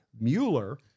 Mueller